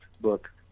book